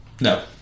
No